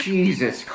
Jesus